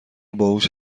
باهوش